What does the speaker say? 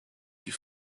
die